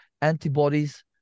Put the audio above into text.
antibodies